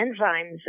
enzymes